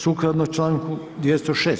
Sukladno članku 206.